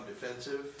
defensive